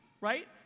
Right